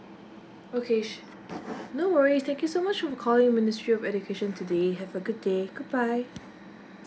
okay no worries thank you so much for calling ministry of education today have a good day goodbye